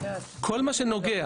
כל מה שנוגע